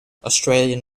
australian